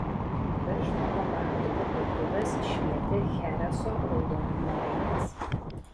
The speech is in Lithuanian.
virš fotoaparatų parduotuvės švietė chereso raudonumo raidės